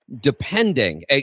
depending